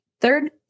Third